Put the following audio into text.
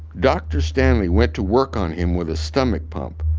dr. stanley went to work on him with a stomach pump.